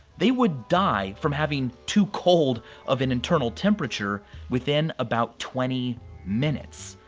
they would die from having too cold of an internal temperature within about twenty minutes.